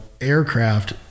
aircraft